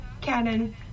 Cannon